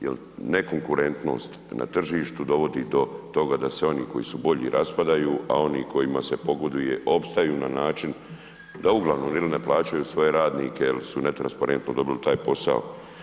Jer ne konkurentnost na tržištu dovodi do toga da se oni koji su bolji raspadaju a oni kojima se pogoduje opstaju na način da uglavnom ili ne plaćaju svoje radnike ili su netransparentno dobili taj posao.